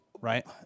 Right